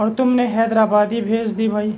اور تم نے حیدر آبادی بھیج دی بھائی